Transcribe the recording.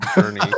journey